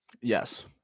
Yes